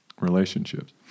relationships